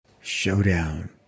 Showdown